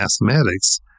mathematics